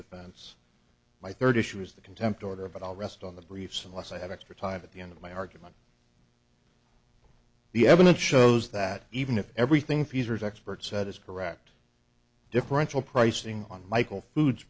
to fence my third issue is the contempt order but i'll rest on the briefs unless i have extra time at the end of my argument the evidence shows that even if everything peters expert said is correct differential pricing on michael foods